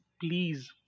please